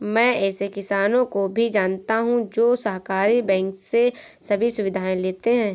मैं ऐसे किसानो को भी जानता हूँ जो सहकारी बैंक से सभी सुविधाएं लेते है